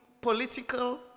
political